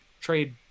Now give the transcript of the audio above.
trade